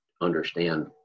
understand